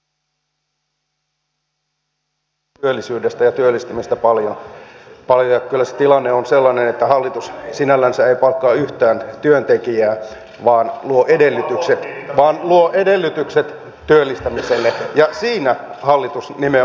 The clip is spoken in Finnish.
tässä on puhuttu nyt työllisyydestä ja työllistämisestä paljon ja kyllä se tilanne on sellainen että hallitus sinällänsä ei palkkaa yhtään työntekijää vaan luo edellytykset työllistämiselle ja siinä hallitus nimenomaan toimii